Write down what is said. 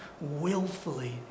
willfully